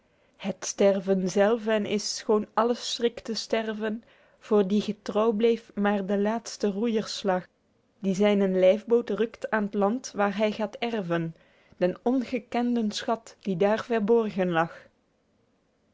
het sterven zelve en is schoon alles schrikt te sterven voor die getrouw bleef maer de laetste roeijerslag die zynen lyfboot rukt aen t land waer hy gaet erven den ongekenden schat die daer verborgen lag